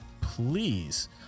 please